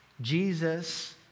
Jesus